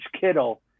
Kittle